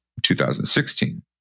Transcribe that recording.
2016